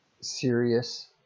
serious